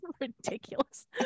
ridiculous